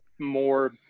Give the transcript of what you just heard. More